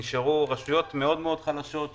נשארו רשויות מאוד מאוד חלשות,